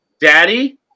Daddy